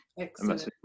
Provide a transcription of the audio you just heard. Excellent